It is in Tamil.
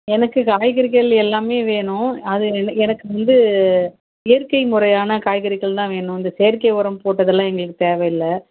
எனக்கு காய்கறிகள் எல்லாமே வேணும் அது என எனக்கு வந்து இயற்கை முறையான காய்கறிகள்தான் வேணும் இந்த செயற்கை உரம் போட்டதெல்லாம் எங்களுக்கு தேவையில்லை